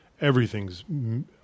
everything's